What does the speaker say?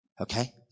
Okay